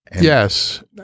Yes